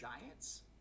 Giants